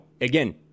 again